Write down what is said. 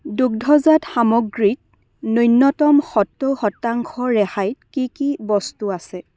দুগ্ধজাত সামগ্ৰীত ন্যূনতম সত্তৰ শতাংশ ৰেহাইত কি কি বস্তু আছে